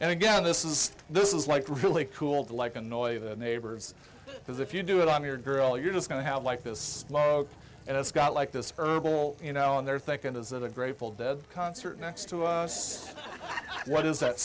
and again this is this is like really cool to like annoy the neighbors because if you do it on your girl you're just going to have like this and it's got like this herbal you know and they're thinking is that a grateful dead concert next to us what is that